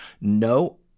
No